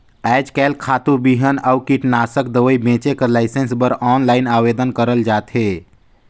आएज काएल खातू, बीहन अउ कीटनासक दवई बेंचे कर लाइसेंस बर आनलाईन आवेदन करल जाथे